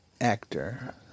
actor